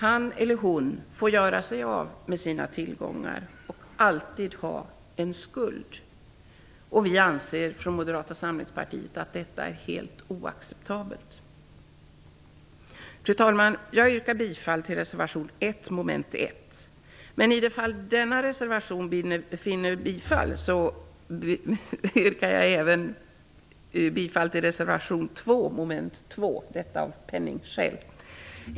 Han eller hon får göra sig av med sina tillgångar och har alltid en skuld. Vi anser från Moderata samlingspartiet att detta är helt oacceptabelt. Fru talman! Jag yrkar bifall till reservation 1, mom. 1. I det fall denna reservation vinner bifall yrkar jag bifall även till reservation 2, mom. 2 - detta av penningskäl.